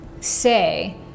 say